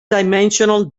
dimensional